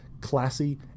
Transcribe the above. classy